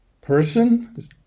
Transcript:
Person